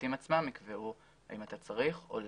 שהמפרטים עצמם יקבעו אם אתה צריך או לא.